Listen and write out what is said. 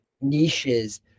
niches